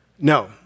No